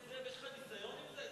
חבר הכנסת זאב, יש לך ניסיון עם זה?